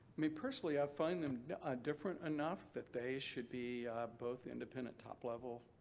me personally, i find them ah different enough that they should be both independent top-level